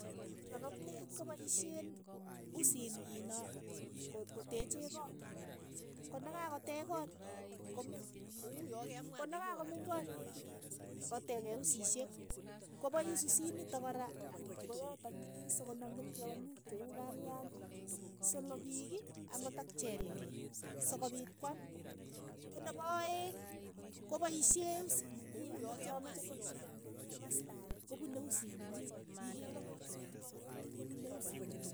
Kiroroktet ko paisheen usiit nyi no ko- koteeche koot, ko ne ka koteech koot nyi komeny, konakakomeny koot nyi eng' in koteke usishek, kopaiis usiit nitok kora anan koyatak nyi so koname tyong'ik che uu kalyang'ik. solopiik, ang'ot ak cheliili, sokopiit kwaam. ko nepo aeng' kopaishee usiit ni nyi angot ya mache kutiririren ko uu komasta ake kopune usiit ni nyii, ikeere ko- ii- kowendi kopune usiit nyi.